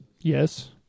Yes